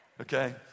Okay